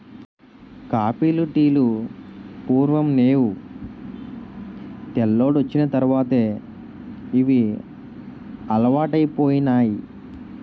కాపీలు టీలు పూర్వం నేవు తెల్లోడొచ్చిన తర్వాతే ఇవి అలవాటైపోనాయి